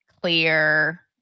clear